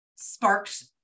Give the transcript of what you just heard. sparked